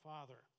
Father